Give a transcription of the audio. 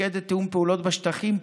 מפקדת תיאום פעולות בשטחים,